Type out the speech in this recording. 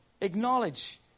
acknowledge